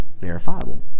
verifiable